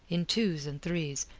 in twos and threes,